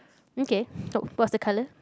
okay so what's the color